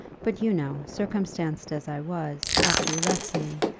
but you know, circumstanced as i was, after you left me,